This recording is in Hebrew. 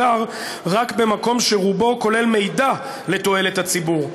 רק במקום שרובו כולל מידע לתועלת הציבור.